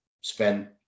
spent